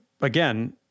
again